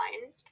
mind